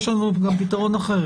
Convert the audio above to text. יש לנו עוד פתרון אחר.